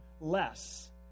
less